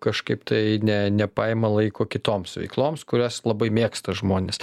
kažkaip tai ne nepaima laiko kitoms veikloms kurias labai mėgsta žmonės